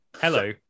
Hello